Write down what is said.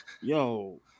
Yo